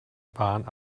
wahren